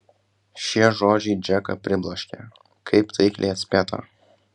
šie žodžiai džeką pribloškė kaip taikliai atspėta